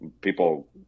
people